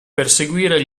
perseguire